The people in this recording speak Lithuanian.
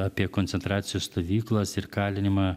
apie koncentracijos stovyklas ir kalinimą